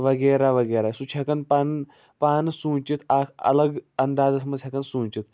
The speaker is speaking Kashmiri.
وغیرہ وغیرہ سُہ چھُ ہٮ۪کان پن پانہٕ سوٗنٛچِتھ اکھ الگ انٛدازس منٛز ہٮ۪کان سوٗنٛچِتھ